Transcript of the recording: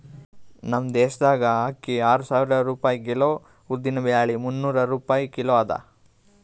ನಮ್ ದೇಶದಾಗ್ ಅಕ್ಕಿ ಆರು ಸಾವಿರ ರೂಪಾಯಿ ಕಿಲೋ, ಉದ್ದಿನ ಬ್ಯಾಳಿ ಮುನ್ನೂರ್ ರೂಪಾಯಿ ಕಿಲೋ ಅದಾ